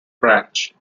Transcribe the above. branch